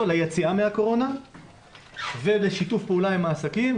ליציאה מהקורונה ולשיתוף פעולה עם העסקים.